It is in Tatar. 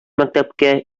мәктәпкә